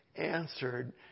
answered